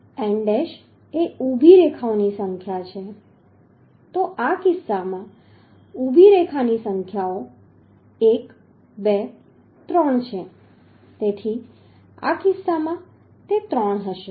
અને n dash એ ઊભી રેખાઓની સંખ્યા છે તો આ કિસ્સામાં ઊભી રેખાઓની સંખ્યા 1 2 3 છે તેથી આ કિસ્સામાં તે 3 હશે